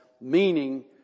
meaning